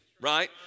Right